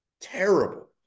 terrible